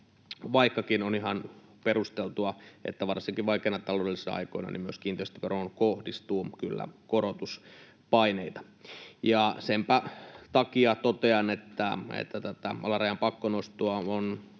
vaikkakin on ihan perusteltua, että varsinkin vaikeina taloudellisina aikoina myös kiinteistöveroon kohdistuu kyllä korotuspaineita. Ja senpä takia totean, että tätä alarajan pakkonostoa on